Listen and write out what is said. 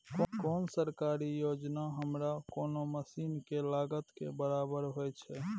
कोन सरकारी योजना हमरा कोनो मसीन के लागत के बराबर होय छै?